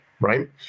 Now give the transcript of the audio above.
Right